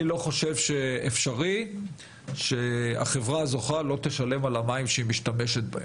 אני לא חושב שאפשרי שהחברה הזוכה לא תשלם עבור המים שהיא משתמשת בהם,